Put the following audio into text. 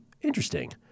interesting